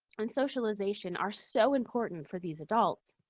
and socialization are so important for these adults,